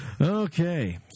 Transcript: Okay